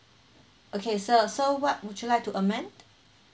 okay sir so what would you like to amend